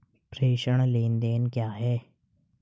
प्रेषण लेनदेन क्या है?